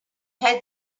had